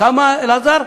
אלעזר,